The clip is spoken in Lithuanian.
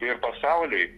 ir pasauliui